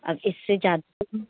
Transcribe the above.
अब इससे जा